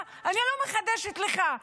אני לא מחדשת לך,